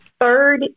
Third